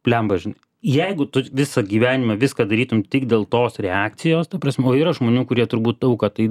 bliamba žinai jeigu tu visą gyvenimą viską darytum tik dėl tos reakcijos ta prasme o yra žmonių kurie turbūt daug ką tai